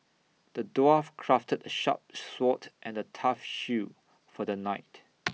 the dwarf crafted A sharp sword and A tough shield for the knight